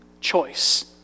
choice